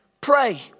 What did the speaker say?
pray